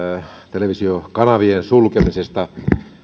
televisiokanavien sulkemisesta